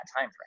timeframe